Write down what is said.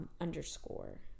underscore